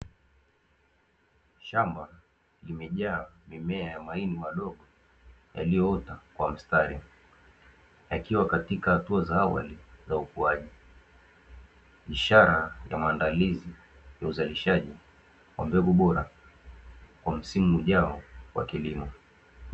Shamba limejaa mimea ya mahindi madogo yaliyoota kwa mstari yakiwa katika hatua za awali za ukuaji, ishara ya maandalizi ya uzalishaji wa mbegu bora kwa msimu ujao wa kilimo.